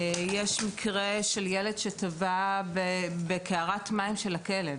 יש מקרה של ילד שטבע בקערת מים של הכלב.